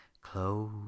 close